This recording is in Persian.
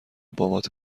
بابات